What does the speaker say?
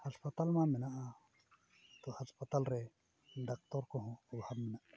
ᱦᱟᱥᱯᱟᱛᱟᱞ ᱢᱟ ᱢᱮᱱᱟᱜᱼᱟ ᱛᱳ ᱦᱟᱥᱯᱟᱛᱟᱞ ᱨᱮ ᱠᱚᱦᱚᱸ ᱚᱵᱷᱟᱵᱽ ᱢᱮᱱᱟᱜ ᱠᱚᱣᱟ